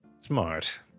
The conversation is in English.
Smart